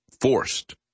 forced